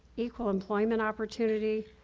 equal employment opportunity,